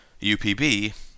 UPB